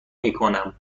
میکنم